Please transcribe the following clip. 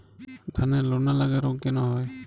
ধানের লোনা লাগা রোগ কেন হয়?